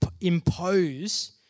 impose